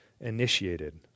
initiated